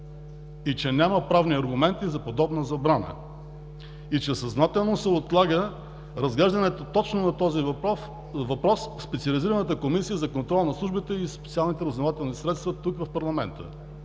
и че няма правни аргументи за подобна забрана, и че съзнателно се отлага разглеждането точно на този въпрос в Специализираната комисия за контрол над службите и специалните разузнавателни средства тук, в парламента.